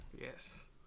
Yes